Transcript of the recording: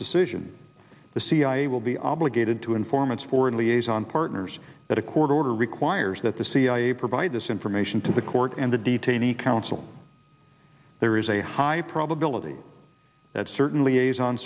decision the cia will be obligated to informants foreign liaison partners that a court order requires that the cia provide this information to the court and the detainee counsel there is a high probability that certainly is on